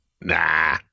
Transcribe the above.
Nah